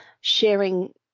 sharing